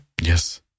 Yes